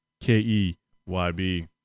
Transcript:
K-E-Y-B